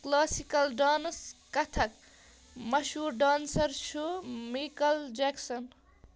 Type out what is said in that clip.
classical dance Kathak مشہوٗر dancer چھُ Michael Jackson